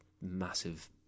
massive